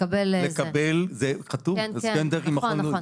זה חתום בהסכם עם מכון לואיס.